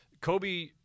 Kobe